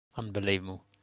Unbelievable